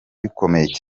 bikomeye